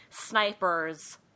Snipers